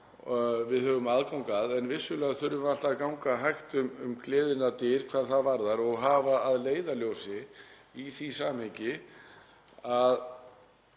við höfum aðgang að. En vissulega þurfum við alltaf að ganga hægt um gleðinnar dyr hvað það varðar og hafa að leiðarljósi í því samhengi að